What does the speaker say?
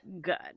Good